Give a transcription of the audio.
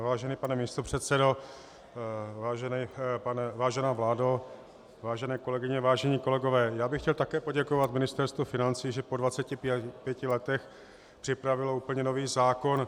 Vážený pane místopředsedo, vážená vládo, vážené kolegyně, vážení kolegové, já bych chtěl také poděkovat Ministerstvu financí, že po 25 letech připravilo úplně nový zákon.